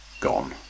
gone